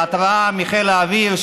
התרעה מחיל האוויר,